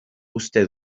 uste